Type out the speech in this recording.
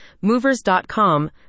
Movers.com